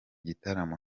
gitaramo